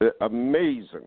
Amazing